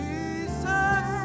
Jesus